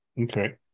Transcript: Okay